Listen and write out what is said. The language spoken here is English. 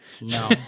no